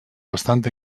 bastant